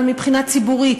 אבל מבחינה ציבורית,